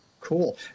Cool